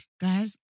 Guys